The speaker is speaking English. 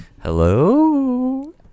hello